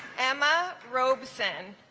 emma robson